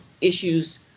issues